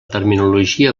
terminologia